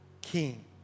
king